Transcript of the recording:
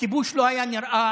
הכיבוש לא היה נראה